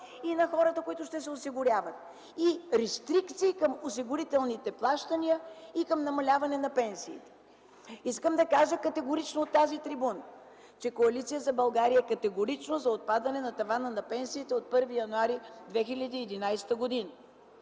и на хората, които ще се осигуряват, и рестрикции към осигурителните плащания и към намаляване на пенсиите. Искам да кажа категорично от тази трибуна, че Коалиция за България е категорична за отпадане тавана на пенсиите от 1 януари 2011 г.